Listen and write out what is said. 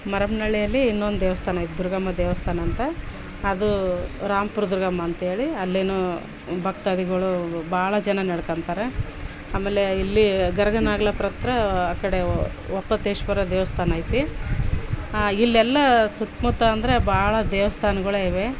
ಮರಮ್ನಳ್ಳಿಯಲ್ಲಿ ಇನ್ನೊಂದು ದೇವಸ್ಥಾನ ಐತಿ ದುರ್ಗಮ್ಮ ದೇವಸ್ಥಾನ ಅಂತ ಅದು ರಾಂಪುರ ದುರ್ಗಮ್ಮ ಅಂತ್ಹೇಳಿ ಅಲ್ಲಿನೂ ಭಕ್ತಾದಿಗಳು ಭಾಳ ಜನ ನಡ್ಕಂತಾರೆ ಆಮೇಲೆ ಇಲ್ಲಿ ಗರ್ಗಾನಾಗ್ಲಾಪುರತ್ರ ಆ ಕಡೆ ಒಪ್ಪತೇಶ್ವರ ದೇವಸ್ಥಾನೈತಿ ಇಲ್ಲೆಲ್ಲ ಸುತ್ತ ಮುತ್ತ ಅಂದರೆ ಭಾಳ ದೇವಸ್ಥಾನಗಳೈವೆ